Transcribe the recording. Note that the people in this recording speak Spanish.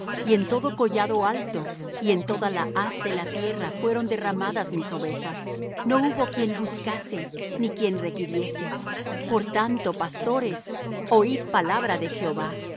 y en todo collado alto y en toda la haz de la tierra fueron derramadas mis ovejas y no hubo quien buscase ni quien requiriese por tanto pastores oid palabra de jehová